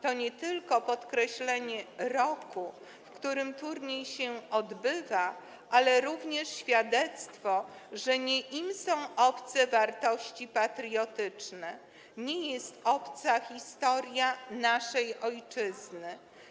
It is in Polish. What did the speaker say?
To nie tylko podkreślenie roku, w którym turniej się odbywa, ale również świadectwo, że nie są im obce wartości patriotyczne, nie jest im obca historia naszej ojczyzny.